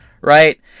right